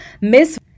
Miss